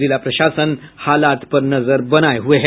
जिला प्रशासन हालात पर नजर बनाये हुए है